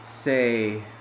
say